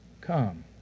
come